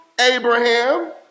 Abraham